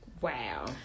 Wow